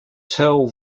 tell